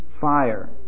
fire